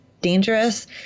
dangerous